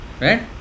right